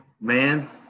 man